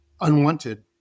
unwanted